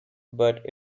but